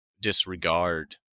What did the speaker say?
disregard